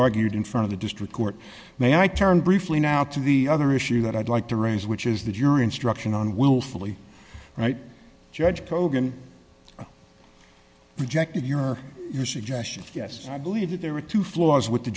argued in front of the district court may i turn briefly now to the other issue that i'd like to raise which is the jury instruction on willfully right judge kogan rejected your or your suggestion yes i believe that there were two floors with the